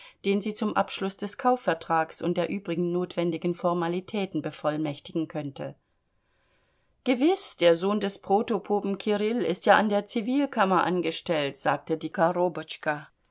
den sie zum abschluß des kaufvertrags und der übrigen notwendigen formalitäten bevollmächtigen könnte gewiß der sohn des protopopen kirill ist ja an der zivilkammer angestellt sagte die